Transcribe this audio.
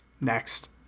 Next